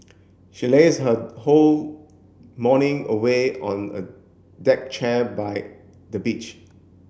she lazed her whole morning away on a deck chair by the beach